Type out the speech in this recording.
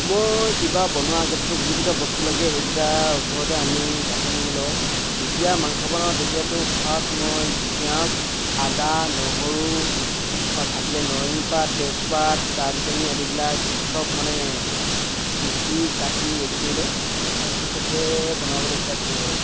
মই কিবা বনোৱা আগতেটো যিকেইটা বস্তু লাগে সেইকেইটা ওচৰতে আনি কাটি মেলি লওঁ যেতিয়া মাংস বনাওঁ তেতিয়াতো ফাৰ্ষ্ট মই পিঁয়াজ আদা নহৰু থাকিলে নৰসিংহপাত তেজপাত ডালচেনি আদিবিলাক চব মানে পিচি কাটি ৰেডি কৰি লওঁ তাৰপিছতহে বনাবলৈ ষ্টাৰ্ট কৰোঁ আৰু